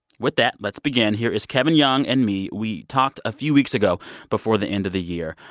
with that, let's begin. here is kevin young and me. we talked a few weeks ago before the end of the year.